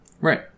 right